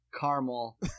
Caramel